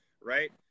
right